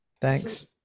Thanks